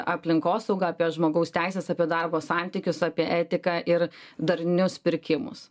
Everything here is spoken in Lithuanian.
aplinkosaugą apie žmogaus teises apie darbo santykius apie etiką ir darnius pirkimus